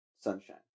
sunshine